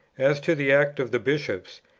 as to the act of the bishops,